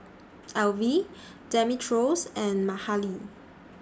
Elfie Demetrios and Mahalie